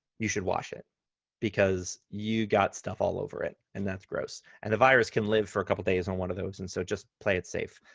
you should wash it because you got stuff all over it and that's gross, and the virus can live for a couple days on one of those, and so just play it safe.